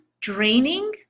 draining